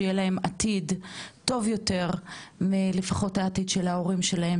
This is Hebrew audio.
שהיה להם עתיד טוב יותר לפחות מהעתיד של ההורים שלהם,